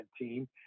team